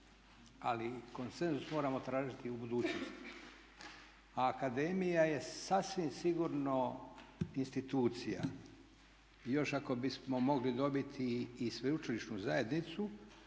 Ali konsenzus moramo tražiti u budućnosti. A akademija je sasvim sigurno institucija i još ako bismo mogli dobiti i sveučilišnu zajednicu